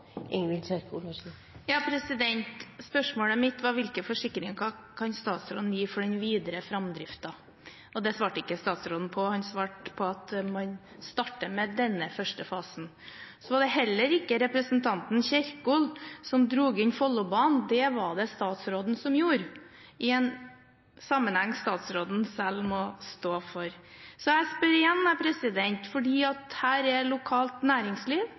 Spørsmålet mitt var hvilke forsikringer statsråden kan gi for den videre framdriften, og det svarte ikke statsråden på. Han svarte med at man starter med denne første fasen. Så var det heller ikke representanten Kjerkol som dro inn Follobanen. Det var det statsråden som gjorde i en sammenheng som statsråden selv må stå for. Jeg vil derfor stille spørsmålet igjen, for her er lokalt næringsliv